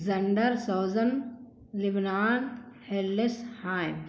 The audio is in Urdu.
زنڈر سوزن لبنان حلس ہائن